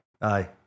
Aye